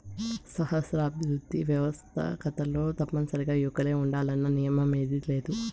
సహస్రాబ్ది వ్యవస్తాకతలో తప్పనిసరిగా యువకులే ఉండాలన్న నియమేమీలేదు